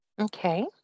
Okay